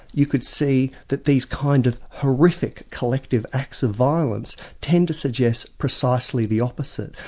you could see that these kind of horrific collective acts of violence tend to suggest precisely the opposite,